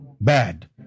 bad